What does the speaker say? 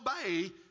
obey